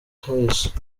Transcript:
kahise